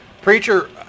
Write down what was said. preacher